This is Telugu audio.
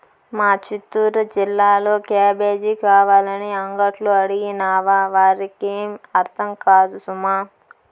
మా చిత్తూరు జిల్లాలో క్యాబేజీ కావాలని అంగట్లో అడిగినావా వారికేం అర్థం కాదు సుమా